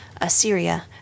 Assyria